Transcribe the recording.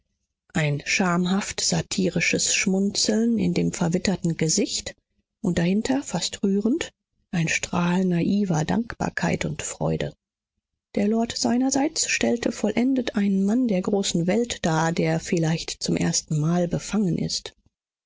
ein schamhaft satirisches schmunzeln in dem verwitterten gesicht und dahinter fast rührend ein strahl naiver dankbarkeit und freude der lord seinerseits stellte vollendet einen mann der großen welt dar der vielleicht zum erstenmal befangen ist